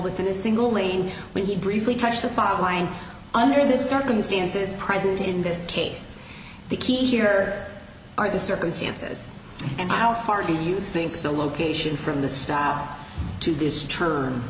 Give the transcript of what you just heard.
within a single lane when he briefly touched the fog line under the circumstances present in this case the key here are the circumstances and how far do you think the location from the staff to this t